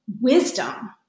wisdom